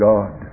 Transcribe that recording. God